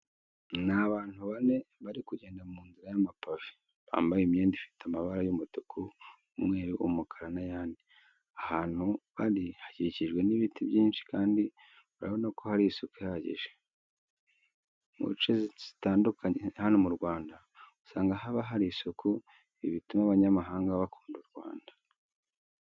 Ni abantu bane bari kugenda mu nzira y'amapave, bambaye imyenda ifite amabara y'umutuku, umweru, umukara n'ayandi. Ahantu bari hakikijwe n'ibiti byinshi kandi urabona ko hari isuku ihagije. Mu nce zitandukanye hano mu Rwanda usanga haba hari isuku, ibi bituma abanyamahanga bakunda u Rwanda.